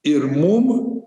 ir mum